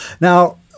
Now